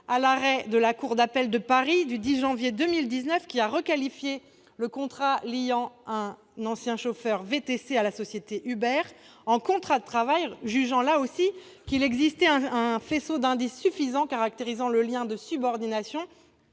à l'arrêt de la cour d'appel de Paris du 10 janvier 2019, qui a requalifié le contrat liant un ancien chauffeur VTC à la société Uber en contrat de travail, jugeant là aussi qu'il existait un faisceau d'indices suffisant caractérisant le lien de subordination